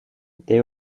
they